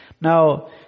Now